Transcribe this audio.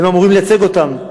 והם אמורים לייצג אותם.